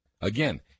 Again